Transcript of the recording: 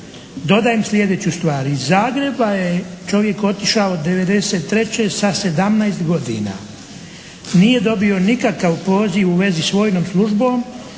Dodajem sljedeću stvar. Iz Zagreba je čovjek otišao '93. sa 17 godina. Nije dobio nikakav poziv u vezi s vojnom službom